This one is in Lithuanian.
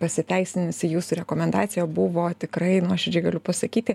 pasiteisinusi jūsų rekomendacija buvo tikrai nuoširdžiai galiu pasakyti